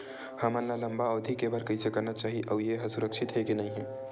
हमन ला लंबा अवधि के बर कइसे करना चाही अउ ये हा सुरक्षित हे के नई हे?